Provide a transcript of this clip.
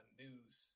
news